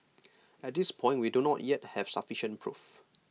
at this point we do not yet have sufficient proof